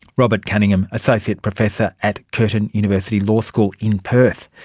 robert cunningham, associate professor at curtin university law school in perth.